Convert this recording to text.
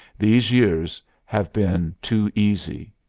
these years have been too easy.